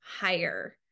higher